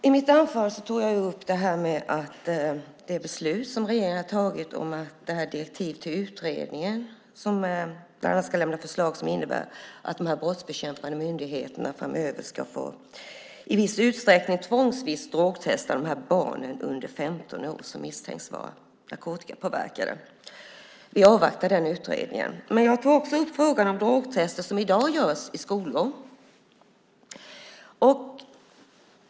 I mitt anförande tog jag upp det beslut som regeringen har fattat om direktivet till utredningen, som bland annat ska lämna förslag som innebär att de brottsbekämpande myndigheterna framöver i viss utsträckning tvångsvis ska få drogtesta de barn under 15 år som misstänks vara narkotikapåverkade. Vi avvaktar den utredningen. Men jag tog också upp frågan om drogtester som i dag görs i skolor.